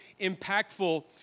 impactful